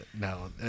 No